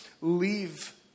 leave